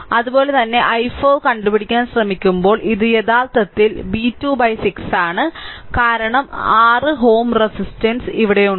അതുപോലെ തന്നെ i4 കണ്ടുപിടിക്കാൻ ശ്രമിക്കുമ്പോൾ ഇത് യഥാർത്ഥത്തിൽ v2 by 6 ആണ് കാരണം 6 Ω റെസിസ്റ്റൻസ് ഇവിടെയുണ്ട്